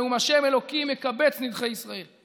נאום ה' אלוקים מקבץ נדחי ישראל";